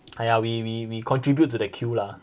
!aiya! we we we contribute to the queue lah